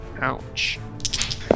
Ouch